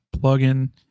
plug-in